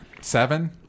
Seven